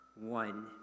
one